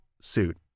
suit